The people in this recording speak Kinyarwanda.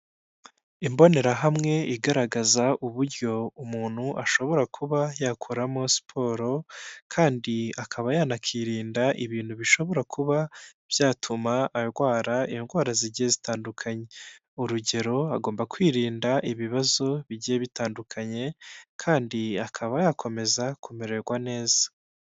Imbonerahamwe igaragaza uburyo umuntu ashobora kuba yakoramo siporo kandi akaba yanakirinda ibintu bishobora kuba byatuma arwara indwara zigiye zitandukanye, urugero agomba kwirinda ibibazo bigiye bitandukanye, kandi akaba yakomeza kumererwa neza.